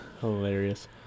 hilarious